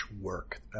work